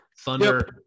Thunder